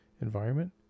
environment